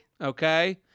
Okay